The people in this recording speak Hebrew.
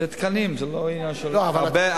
זה תקנים, זה לא עניין של, העלות היא אותה עלות.